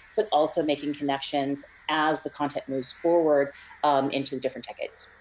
but also making connections, as the content moves forward into different decades.